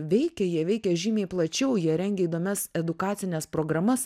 veikia jie veikia žymiai plačiau jie rengia įdomias edukacines programas